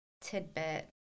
tidbit